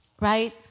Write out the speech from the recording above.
Right